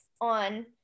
on